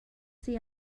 see